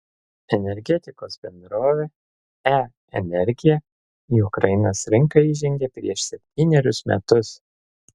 energetikos bendrovė e energija į ukrainos rinką įžengė prieš septynerius metus